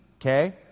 okay